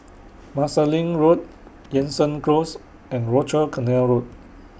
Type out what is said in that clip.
Marsiling Road Jansen Close and Rochor Canal Road